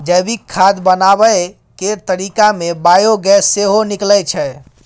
जैविक खाद बनाबै केर तरीका मे बायोगैस सेहो निकलै छै